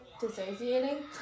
dissociating